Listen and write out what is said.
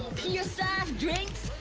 pure soft drinks.